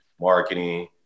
marketing